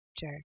Jerk